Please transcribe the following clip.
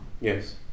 yes